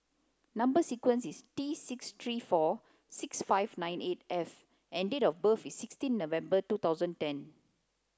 number sequence is T six three four seven five nine eight F and date of birth is sixteen November two thousand and ten